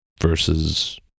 versus